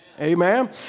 amen